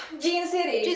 jeans and is